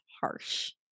harsh